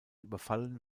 überfallen